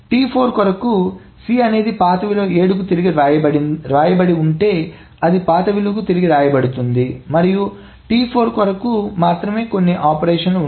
T4 కొరకు C అనేది పాత విలువ 7 కు తిరిగి వ్రాయబడి ఉంటే అది పాత విలువకు తిరిగి వ్రాయబడుతుంది మరియు T4 కొరకు మాత్రమే ఆపరేషన్లు ఉంటాయి